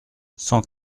cent